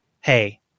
Hey